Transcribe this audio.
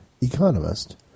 economist